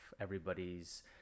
everybody's